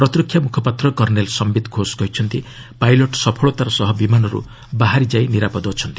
ପ୍ରତୀରକ୍ଷା ମୁଖପାତ୍ର କର୍ଷ୍ଣେଲ ସମ୍ଭିତ ଘୋଷ କହିଛନ୍ତି ପାଇଲଟ ସଫଳତାର ସହ ବିମାନରୁ ବାହାରି ଯାଇ ନିରାପଦ ଅଛନ୍ତି